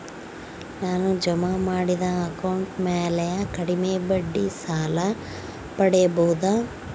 ನಾನು ಜಮಾ ಮಾಡಿದ ಅಕೌಂಟ್ ಮ್ಯಾಲೆ ಕಡಿಮೆ ಬಡ್ಡಿಗೆ ಸಾಲ ಪಡೇಬೋದಾ?